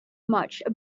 much